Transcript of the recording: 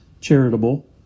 charitable